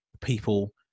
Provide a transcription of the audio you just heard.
people